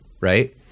right